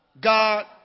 God